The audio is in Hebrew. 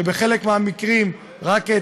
בשלושת חודשים האחרונים חיזקנו משמעותית